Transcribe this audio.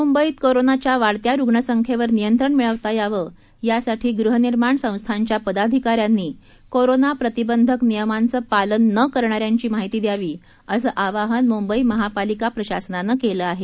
मुंबईत कोरोनाच्या वाढत्या रुग्णसंख्येवर नियंत्रण मिळवता यावं यासाठी गृहनिर्माण संस्थांच्या पदाधिकाऱ्यांनी कोरोना प्रतिबंधक नियमांचं पालन न करणाऱ्यांची माहिती द्यावी असं आवाहन मुंबई महापालिका प्रशासनानं केलं आहे